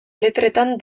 letretan